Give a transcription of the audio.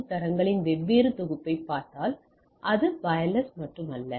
IEEE802 தரங்களின் வெவ்வேறு தொகுப்பைப் பார்த்தால் அது வயர்லெஸ் மட்டுமல்ல